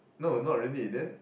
no not really then